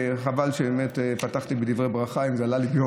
חבל שבאמת פתחתי בדברי ברכה אם זה עלה לי ביוקר.